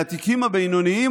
מהתיקים הבינוניים,